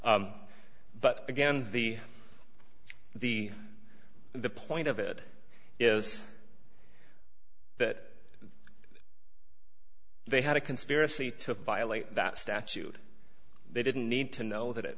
but again the the the point of it is that they had a conspiracy to violate that statute they didn't need to know that